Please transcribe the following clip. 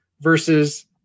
versus